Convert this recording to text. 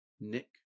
Nick